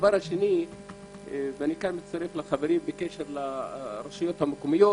שנית - ופה אני מצטרף לחברים בקשר לרשויות המקומיות